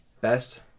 best